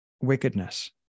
wickedness